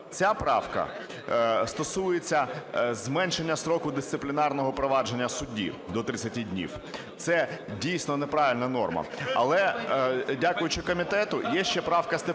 Ця правка стосується зменшення строку дисциплінарного провадження судді до 30 днів. Це, дійсно, не правильна норма. Але, дякуючи комітету, є ще правка Стефанчука